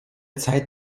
zeit